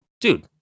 Dude